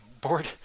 board